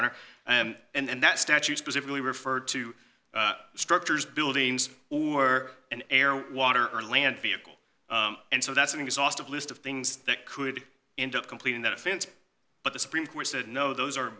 honor and that statute specifically referred to structures buildings or an air water or land vehicle and so that's an exhaustive list of things that could end up completing that offense but the supreme court said no those are